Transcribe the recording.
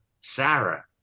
Sarah